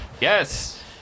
Yes